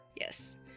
Yes